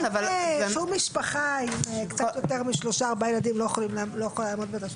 אף משפחה עם יותר משלושה ילדים לא יכולה לעמוד בזה.